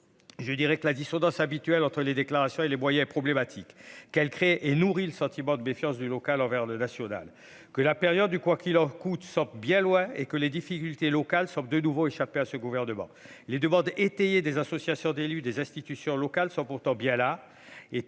je dirais que la dissonance habituel entre les déclarations et les moyens problématique qu'elle crée et nourrit le sentiment de défiance du local envers le National que la période du quoi qu'il en coûte 100 bien loin et que les difficultés locales sauf de nouveau échappé à ce gouvernement, les demandes étayées, des associations d'élus des institutions locales sont pourtant bien là